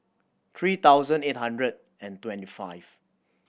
three thousand eight hundred and twenty five